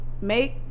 make